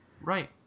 Right